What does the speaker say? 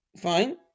fine